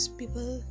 people